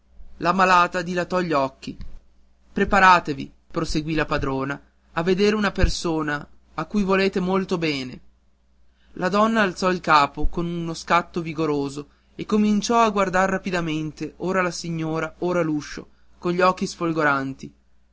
la malata dilatò gli occhi preparatevi proseguì la padrona a vedere una persona a cui volete molto bene la donna alzò il capo con un scatto vigoroso e cominciò a guardare rapidamente ora la signora ora l'uscio con gli occhi sfolgoranti